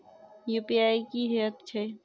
UPI की हएत छई?